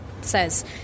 says